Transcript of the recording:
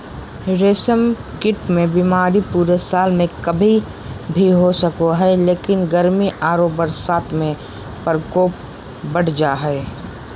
रेशम कीट मे बीमारी पूरे साल में कभी भी हो सको हई, लेकिन गर्मी आरो बरसात में प्रकोप बढ़ जा हई